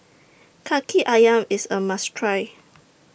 Kaki Ayam IS A must Try